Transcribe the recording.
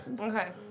Okay